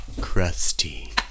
Crusty